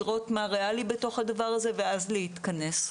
לראות מה ריאלי בתוך הדבר הזה ואז להתכנס.